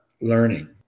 learning